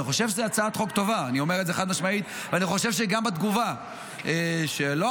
אני חושב שזו הצעת חוק טובה,